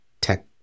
tech